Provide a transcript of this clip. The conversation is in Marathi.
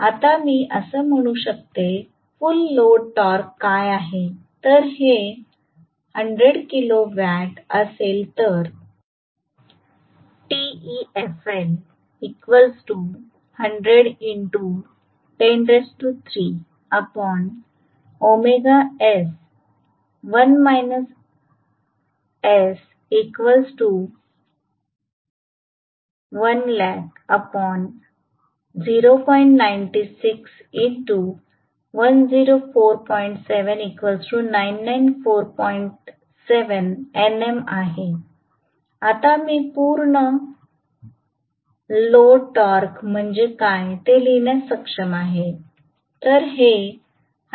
आता मी असं लिहू शकते फुल्ल लोड टॉर्क काय आहे तर हे 100 किलो वॅट असेल तर आहे आता मी पूर्ण लोड टॉर्क म्हणजे काय ते लिहिण्यास सक्षम आहे